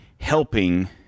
helping